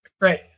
Great